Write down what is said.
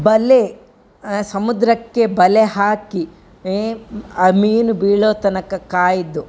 ಬಲೆ ಸಮುದ್ರಕ್ಕೆ ಬಲೆ ಹಾಕಿ ಆ ಮೀನು ಬೀಳೋ ತನಕ ಕಾಯ್ದು